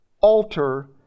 alter